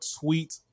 tweet